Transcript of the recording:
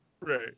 Right